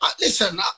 listen